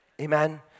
Amen